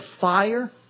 fire